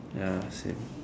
ya same